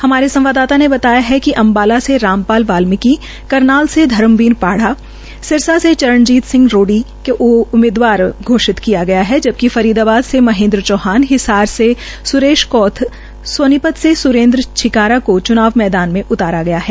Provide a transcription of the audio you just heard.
हमारे संवाददाता ने बताया है कि अंबाला से रामपाल वाल्मिकी करनाल से धर्मबीर पा ा सिरसा से चरणजीत सिंह रोधी को उम्मीदवार घोषित किया गया है जबकि फरीदाबाद से महेन्द्र चौहान हिसार से स्रेश कौथ सेनीपत से स्रेन्द्र छिकारा को चूनाव मैदान में उतारा गया है